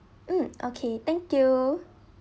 mm okay thank you